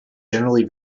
generally